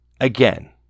Again